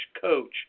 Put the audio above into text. coach